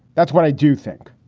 that's what i do think.